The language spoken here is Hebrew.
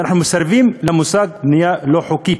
ואנחנו מסרבים למושג בנייה לא חוקית.